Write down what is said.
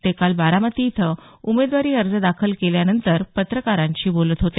ते काल बारामती इथं उमेदवारी अर्ज दाखल केल्यानंतर पत्रकारांशी बोलत होते